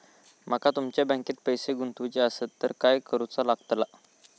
माका तुमच्या बँकेत पैसे गुंतवूचे आसत तर काय कारुचा लगतला?